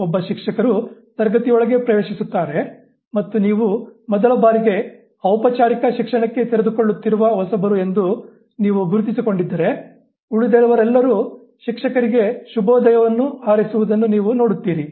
ಒಬ್ಬ ಶಿಕ್ಷಕರು ತರಗತಿಯೊಳಗೆ ಪ್ರವೇಶಿಸುತ್ತಾರೆ ಮತ್ತು ನೀವು ಮೊದಲ ಬಾರಿಗೆ ಔಪಚಾರಿಕ ಶಿಕ್ಷಣಕ್ಕೆ ತೆರೆದುಕೊಳ್ಳುತ್ತಿರುವ ಹೊಸಬರು ಎಂದು ನೀವು ಗುರುತಿಸಿಕೊಂಡಿದ್ದರೆ ಉಳಿದವರೆಲ್ಲರೂ ಶಿಕ್ಷಕರಿಗೆ ಶುಭೋದಯವನ್ನು ಹಾರೈಸುವುದನ್ನು ನೀವು ನೋಡುತ್ತೀರಿ